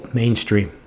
mainstream